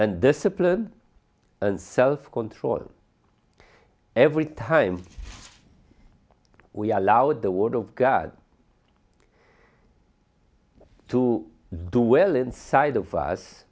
and discipline and self control every time we allow the word of god to do well inside of us